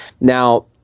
Now